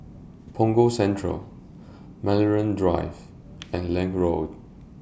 Punggol Central Maryland Drive and Lange Road